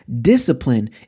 Discipline